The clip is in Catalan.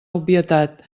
obvietat